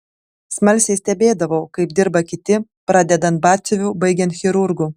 smalsiai stebėdavau kaip dirba kiti pradedant batsiuviu baigiant chirurgu